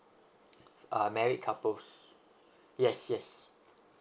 uh married couples yes yes